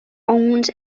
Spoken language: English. owns